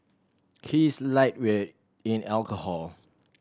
he is a lightweight in alcohol